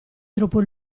troppo